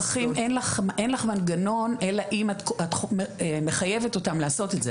במקומות המפוקחים אין לך מנגנון אלא אם את מחייבת אותם לעשות את זה.